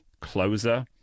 closer